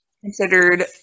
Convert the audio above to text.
considered